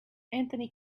anthony